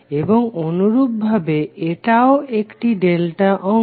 এবং অনুরূপভাবে এটাও একটি ডেল্টা অংশ